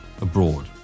abroad